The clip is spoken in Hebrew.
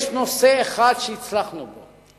יש נושא אחד שהצלחנו בו,